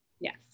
Yes